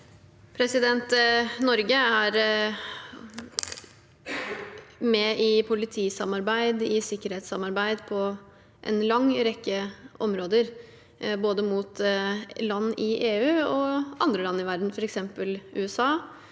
Norge er med i po- litisamarbeid og sikkerhetssamarbeid på en lang rekke områder, både mot land i EU og mot andre land i verden, f.eks. USA.